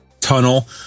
tunnel